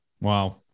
Wow